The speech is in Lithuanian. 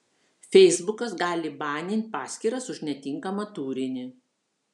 feisbukas gali banint paskyras už netinkamą turinį